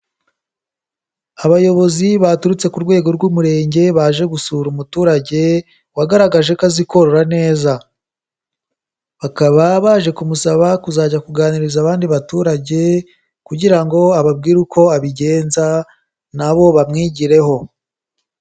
Abayobozi baturutse ku rwego rw'umurenge baje gusura umuturage wagaragaje ko azi korora neza, bakaba baje kumusaba kuzajya kuganiriza abandi baturage, kugira ngo ababwire uko abigenza na bo bamwigireho.